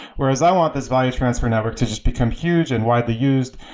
whereas i want this value transfer network to just become huge and widely used.